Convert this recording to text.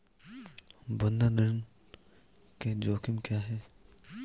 बंधक ऋण के जोखिम क्या हैं?